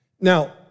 Now